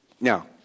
Now